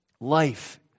life